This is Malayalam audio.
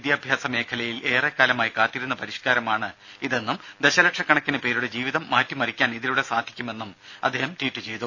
വിദ്യാഭ്യാസ മേഖലയിൽ ഏറെക്കാലമായി കാത്തിരുന്ന പരിഷ്കാരമാണ് ഇതെന്നും ദശലക്ഷക്കണക്കിന് പേരുടെ ജീവിതം മാറ്റിമറിക്കാൻ ഇതിലൂടെ സാധിക്കുമെന്നും അദ്ദേഹം ട്വീറ്റ് ചെയ്തു